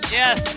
yes